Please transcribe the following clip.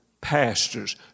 pastors